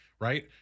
right